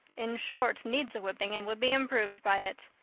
in short, needs a whipping and would be improved by it.